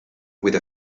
with